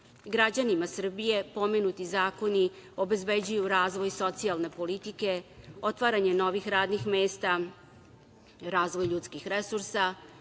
Građanima Srbije pomenuti zakoni obezbeđuju razvoj socijalne politike, otvaranje novih radnih mesta, razvoj ljudskih resursa,